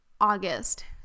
August